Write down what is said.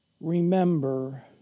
Remember